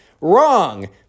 Wrong